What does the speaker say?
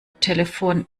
telefon